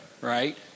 right